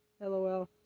LOL